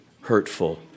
hurtful